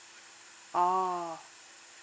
oh